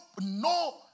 no